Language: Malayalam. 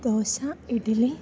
ദോശ ഇഡലി